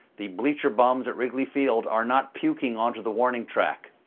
the bleacher bums at wrigley field are not puking onto the warning track.